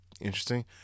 interesting